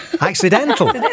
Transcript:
accidental